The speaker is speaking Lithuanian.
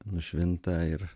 nušvinta ir